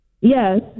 Yes